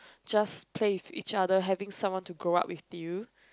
just play with each other having someone to grow up with you